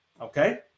Okay